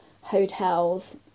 hotels